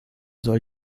soll